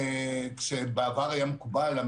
כשבעבר היה מקובל,